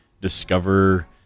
discover